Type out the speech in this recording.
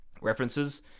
references